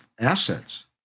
assets